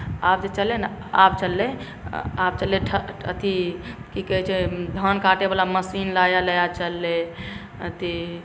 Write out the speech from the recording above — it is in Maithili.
आब जे चललै हेँ ने आब चललै अथी की कहैत छै धान काटैवला मशीन नया नया चललै अथी